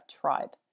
tribe